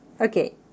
Okay